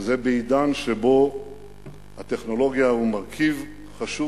וזה בעידן שבו הטכנולוגיה היא מרכיב חשוב